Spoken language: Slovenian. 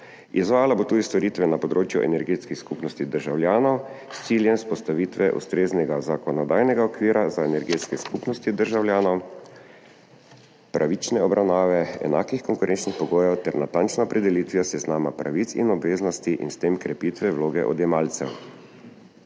Izvajala bo tudi storitve na področju energetskih skupnosti državljanov s ciljem vzpostavitve ustreznega zakonodajnega okvira za energetske skupnosti državljanov, pravične obravnave, enakih konkurenčnih pogojev ter natančno opredelitvijo seznama pravic in obveznosti in s tem krepitve vloge odjemalcev.